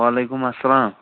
وعلیکُم اسلام